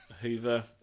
Hoover